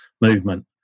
movement